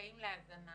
שזכאים להזנה